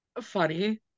funny